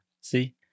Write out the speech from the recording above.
See